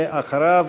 ואחריו,